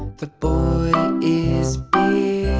the boy is